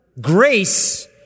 grace